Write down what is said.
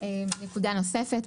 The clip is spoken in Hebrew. נקודה נוספת,